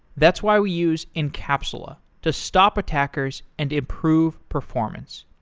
that's why we use encapsula to stop attackers and improve performance.